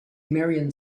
marion